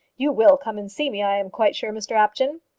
you will come and see me, i am quite sure, mr apjohn.